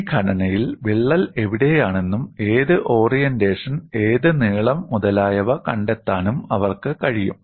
ഈ ഘടനയിൽ വിള്ളൽ എവിടെയാണെന്നും ഏത് ഓറിയന്റേഷൻ ഏത് നീളം മുതലായവ കണ്ടെത്താനും അവർക്ക് കഴിയും